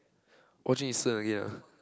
whatching again ah